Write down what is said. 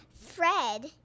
Fred